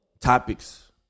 topics